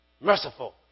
merciful